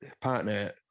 partner